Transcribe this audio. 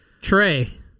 Trey